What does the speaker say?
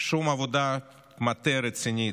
שום עבודת מטה רצינית.